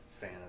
fan